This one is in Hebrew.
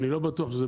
אני לא בטוח שזה